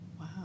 Wow